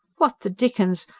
what the dickens.